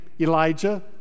Elijah